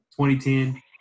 2010